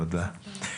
תודה.